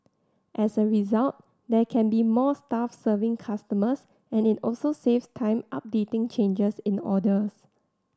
as a result there can be more staff serving customers and it also saves time updating changes in orders